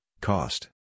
cost